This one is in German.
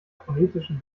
phonetischen